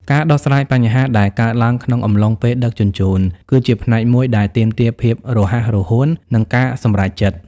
ការដោះស្រាយបញ្ហាដែលកើតឡើងក្នុងអំឡុងពេលដឹកជញ្ជូន គឺជាផ្នែកមួយដែលទាមទារភាពរហ័សរហួន និងការសម្រេចចិត្ត។